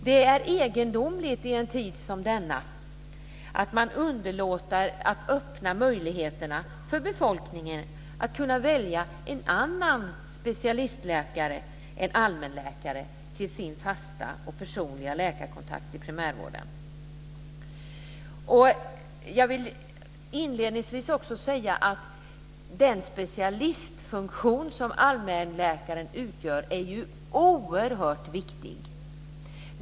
Det är egendomligt, i en tid som denna, att man underlåter att öppna möjligheterna för befolkningen att välja en annan specialistläkare än allmänläkare till sin fasta och personliga läkarkontakt i primärvården. Jag vill inledningsvis också säga att den specialistfunktion som allmänläkaren utgör är oerhört viktig.